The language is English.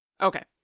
Okay